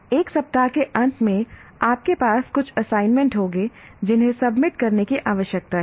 1 सप्ताह के अंत में आपके पास कुछ असाइनमेंट होंगे जिन्हें सबमिट करने की आवश्यकता है